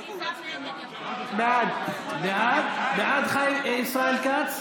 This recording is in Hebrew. חיים כץ, בעד ישראל כץ,